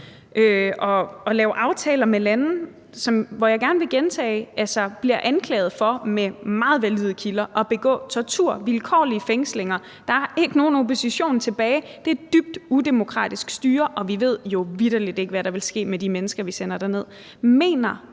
laver aftaler med lande, som, og jeg vil gerne gentage det, bliver anklaget for – og det kommer fra meget valide kilder – at begå tortur, vilkårlige fængslinger. Der er ikke en opposition tilbage, og det er et dybt udemokratisk styre, og vi ved jo vitterlig ikke, hvad der vil ske med de mennesker, vi sender derned. Mener